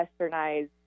westernized